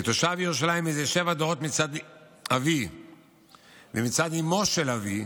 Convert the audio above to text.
כתושב ירושלים מזה שבעה דורות מצד אבי ומצד אימו של אבי